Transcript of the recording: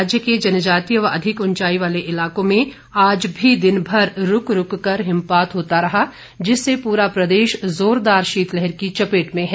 राज्य के जनजातीय व अधिक ऊंचाई वाले इलाकों में आज भी दिनभर रूक रूक कर हिमपात होता रहा जिससे पूरा प्रदेश जोरदार शीत लहर की चपेट में है